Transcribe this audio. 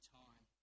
time